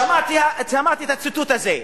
שמעתי את הציטוט הזה.